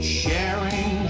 sharing